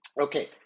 Okay